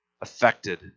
affected